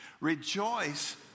rejoice